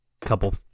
couple